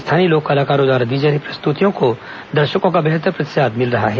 स्थानीय लोक कलाकारों द्वारा दी जा रही प्रस्तुतियों को दर्शकों का बेहतर प्रतिसाद मिल रहा है